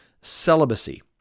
celibacy